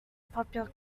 popular